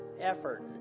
effort